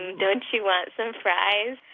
don't you want some fries?